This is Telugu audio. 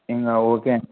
ఇంకా ఓకే